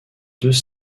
deux